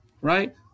right